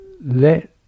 let